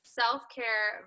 self-care